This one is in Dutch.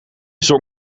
zong